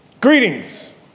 greetings